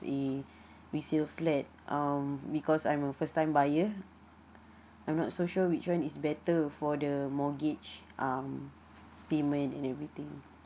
the resale flat um because I'm a first time buyer I'm not so sure which one is better for the mortgage um payment and everything